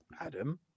Adam